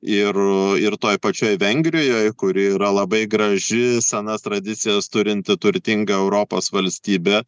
ir ir toj pačioj vengrijoj kuri yra labai graži senas tradicijas turinti turtinga europos valstybė